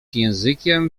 językiem